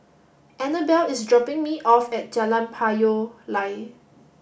Annabelle is dropping me off at Jalan Payoh Lai